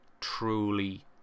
truly